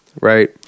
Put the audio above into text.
right